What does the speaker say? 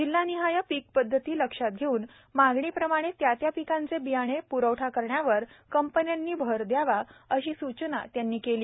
जिल्हानिहाय पीक पध्दती लक्षात घेवून मागणी प्रमाणे त्या त्या पिकांचे बियाणे प्रवठा करण्यावर कंपन्यांनी अर द्यावा अशी सूचना भुसे यांनी केली